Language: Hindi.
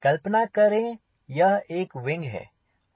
कल्पना करें यह एक विंग है